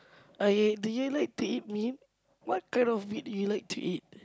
okay do you like to eat meat what kind of meat do you like to eat